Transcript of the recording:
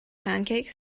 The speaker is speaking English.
pancakes